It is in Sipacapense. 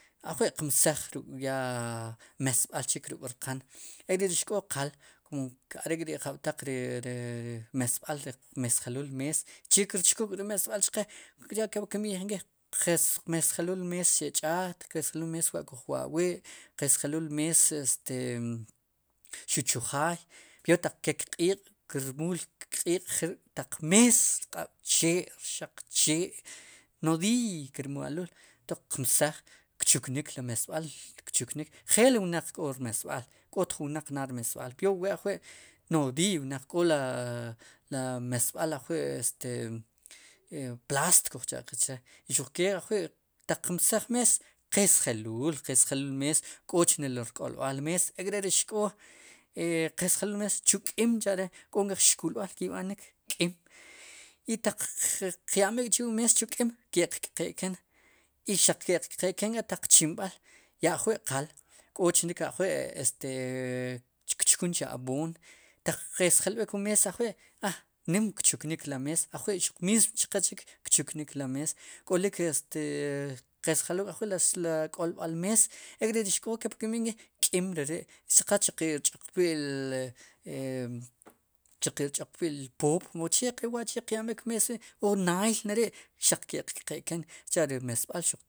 Ajwi' qmesaj ya ruk' mesb'al ruk' rqn e re ri xk'o qal are' k'ri' jab'taq ri mesb'al qesjelul mes che kirchkuj ri mesb'al chqe kepli kimb'iij nk'i qmesjelul mes xe'ch'aat qesjelul mees wa' kuj wa wi' qesjelul mes este xuq chujaay peor taq ke kq'iiq kirmuul kq'iiq jnik'taq mees rq'ab' chee rxaq chee nogiiy kermelul qmesaj kchuknik ri mesb'al njel wnaq k'o rmesb'al k'oot jun wnaq naad rmesb'al peor wu wee ajwi' nodiiy wnaq k'o la mesb'al ajwi' plast kij cha'qe che y xuq kee ajwi'taq qmesaj mees qesjelul, qesjelul mees koch nelo rk'ob'al mees e ri xk'o qesjeluul de una ves chu k'iim chare' k'o nkéj xkulb'al ki' b'anik k'im y taq qyamb'ik k'chi' wu mees chu k'im ke qk'qeken i xaq ki'qk'qeken k'a taq chimb'al, ya ajwi' qal k'och ne chik ajwi' este kchuknik chu ab'oon taq qesjelb'ik wu mees ajwi' a nim kchuknik la mees xuq mismo chqe chik kchuknik la mees k'olik qesjelul k'ajwi' li k'ob'al mees ek're ri xk'kepli kimb'iij ink'i k'im re ri si qal chu qe rch'oqpil, xch'oq pil poop mu che wa'tlo chi' qya'mb'ik ri mees wi' o naiylneri' neri' xaq ki' qk'qeken ri mesb'al.